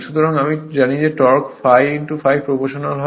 সুতরাং আমরা জানি যে টর্ক ∅∅ এর প্রপ্রোশনাল হয়